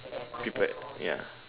people ya